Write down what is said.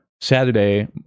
Saturday